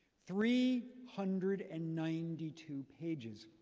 three hundred and ninety two pages.